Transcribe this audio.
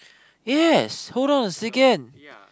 yes hold on a second